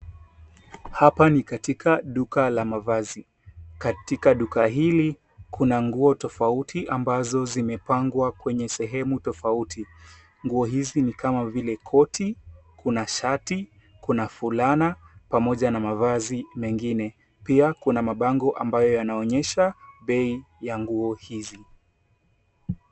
Hapa ni katika duka la mavazi. Katika duka hili kuna nguo tofauti ambazo zimepangwa kwenye sehemu tofauti. Nguo hizi ni kama vile koti, kuna shati, kuna fulana pamoja na mavazi mengine. Pia kuna mabango ambayo yanaonyesha bei ya nguo hizi.